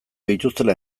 dituztela